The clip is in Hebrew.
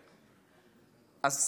אז קודם כול,